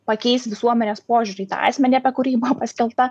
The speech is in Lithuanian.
pakeis visuomenės požiūrį į tą asmenį apie kurį buvo paskelbta